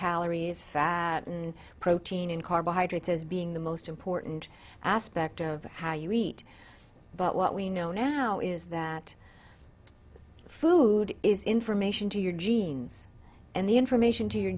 calories fat and protein and carbohydrates as being the most important aspect of how you eat but what we know now is that food is information to your genes and the information to your